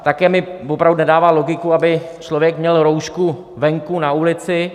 Také mi opravdu nedává logiku, aby člověk měl roušku venku na ulici.